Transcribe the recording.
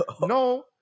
No